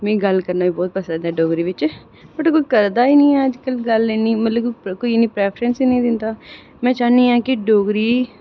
मिगी गल्ल करना बहुत पसंद ऐ डोगरी बिच बट कोई करदा निं ऐ गल्ल इन्नी कोई प्रेफ्रेंस ई नेईं दिंदा में चाह्न्नी आं कि डोगरी